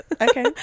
Okay